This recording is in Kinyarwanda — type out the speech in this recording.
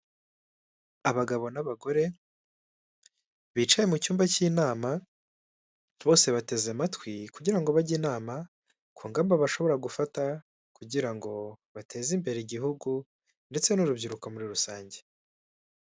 Umuntu wambaye umupira wa oranje wicaye mu ntebe ya purasitike wegamye, inyuma ye hari utubati tubiri tubikwamo, kamwe gasa umweru akandi gasa kacyi harimo ibikoresho bitandukanye.